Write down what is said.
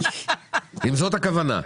אם זאת הכוונה.